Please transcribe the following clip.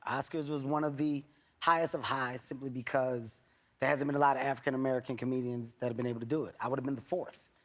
oscars was one of the highest of highs, simply because there hasn't been a lot of african-american comedians that have been able to do it. i would have been the fourth.